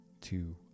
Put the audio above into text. two